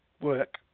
work